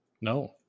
No